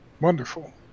wonderful